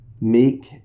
Meek